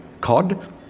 cod